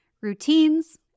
routines